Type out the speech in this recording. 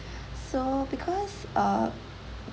so because uh